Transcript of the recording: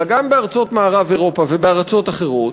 אלא גם בארצות מערב-אירופה ובארצות אחרות,